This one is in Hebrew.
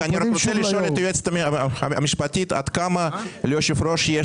אני רק רוצה לשאול את היועצת המשפטית עד כמה ליושב-ראש יש